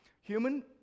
Human